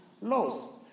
laws